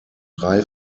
drei